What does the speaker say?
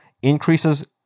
increases